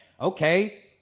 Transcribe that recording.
okay